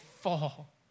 fall